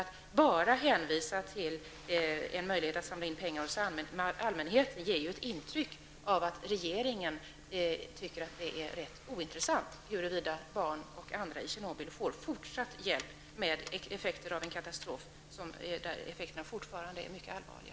Att bara hänvisa till en möjlighet att samla in pengar hos allmänheten ger ett intryck av att regeringen tycker att det är rätt ointressant huruvida barn och andra i Tjernobyl får fortsatt hjälp efter en katastrof vars effekter fortfarande är mycket allvarliga.